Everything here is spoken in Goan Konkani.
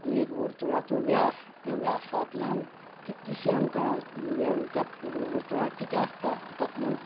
आनी एक वर्तुळाचो व्यास त्या व्यासांतल्यान कितलींशी आमकां हें त्या वर्तुळांक कितें आसता